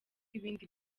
ibindi